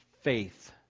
faith